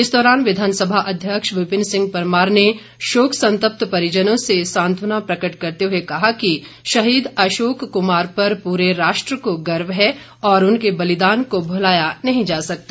इस दौरान विधानसभा अध्यक्ष विपिन सिंह परमार ने शोक संतप्त परिजनों से सांत्वना प्रकट करते हए कहा कि शहीद अशोक कमार पर पूरे राष्ट्र को गर्व है और उनके बलिदान को भुलाया नहीं जा सकता